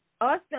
Awesome